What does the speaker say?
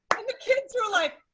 and the kids were like.